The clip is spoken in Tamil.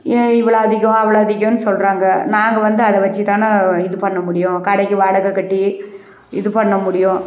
ஏன் இவ்வளோ அதிகம் அவ்வளோ அதிகம்னு சொல்கிறாங்க நாங்கள் வந்து அதை வச்சு தானே இது பண்ண முடியும் கடைக்கு வாடகை கட்டி இது பண்ண முடியும்